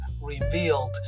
revealed